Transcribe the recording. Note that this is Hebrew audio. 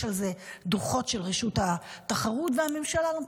יש על זה דוחות של רשות התחרות והממשלה לא,